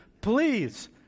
Please